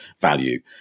value